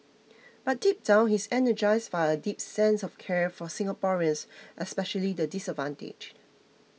but deep down he is energised by a deep sense of care for Singaporeans especially the disadvantaged